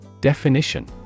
Definition